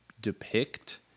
depict